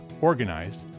organized